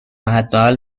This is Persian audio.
حداقل